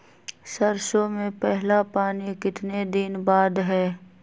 सरसों में पहला पानी कितने दिन बाद है?